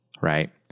right